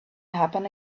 happen